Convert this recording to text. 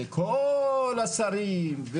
וכל השרים,